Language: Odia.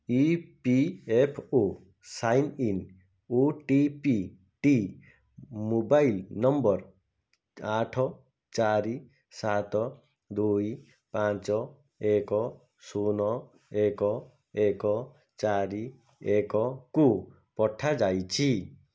E P F O sign in O T P T mobile number ଆଠ ଚାରି ସାତ ଦୁଇ ପାଞ୍ଚ ଏକ ଶୂନ ଏକ ଏକ ଚାରି ଏକ କୁ ପଠାଯାଇଛି